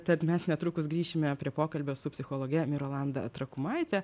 tad mes netrukus grįšime prie pokalbio su psichologe mirolanda trakumaite